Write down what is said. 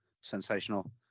sensational